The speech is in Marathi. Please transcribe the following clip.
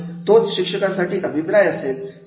आणि तोच शिक्षकांसाठी अभिप्राय असेल